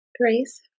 Grace